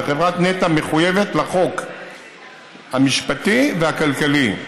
וחברת נת"ע מחויבת לחוק המשפטי והכלכלי,